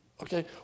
Okay